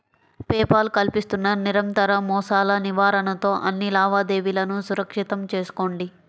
pay Paul కల్పిస్తున్న నిరంతర మోసాల నివారణతో అన్ని లావాదేవీలను సురక్షితం చేసుకోండి